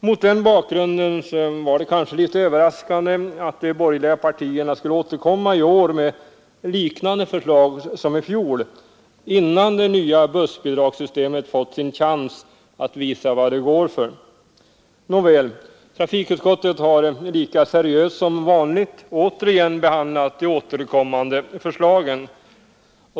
Mot den bakgrunden var det kanske litet överraskande att de borgerliga partierna skulle återkomma i år med ungefär samma förslag som i fjol, innan det nya bussbidragssystemet fått sin chans att visa vad det går för. Nåväl. Trafikutskottet har lika seriöst som vanligt behandlat de återkommande förslagen.